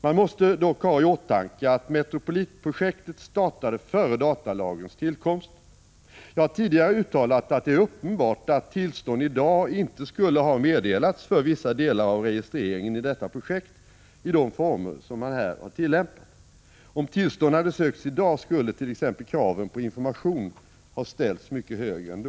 Man måste dock ha i åtanke att Metropolitprojektet startade före datalagens tillkomst. Jag har tidigare uttalat att det är uppenbart att tillstånd i dag inte skulle ha meddelats för vissa delar av registreringen i detta projekt i de former som man här har tillämpat. Om tillstånd hade sökts i dag skulle t.ex. kraven på information ha ställts mycket högre än då.